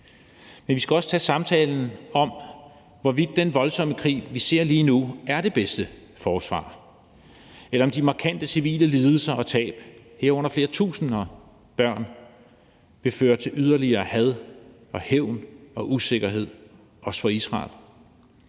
men vi skal også tage samtalen om, hvorvidt den voldsomme krig, vi ser lige nu, er det bedste forsvar, eller om de markante civile lidelser og tab, herunder flere tusind børn, vil føre til yderligere had og hævn og usikkerhed, også for Israel.